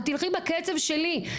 את תלכי בקצב שלי,